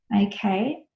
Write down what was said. okay